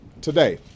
today